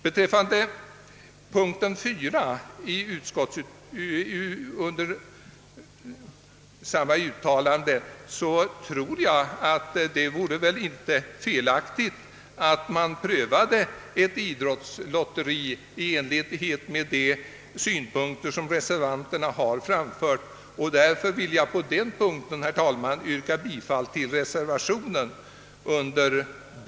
Beträffande mom. 4 under punkt 24 vill jag säga att jag inte tror att det vore felaktigt att pröva ett idrottslotteri i enlighet med de synpunkter som motionärerna framfört, och därför vill jag på den punkten yrka bifall till reservation b.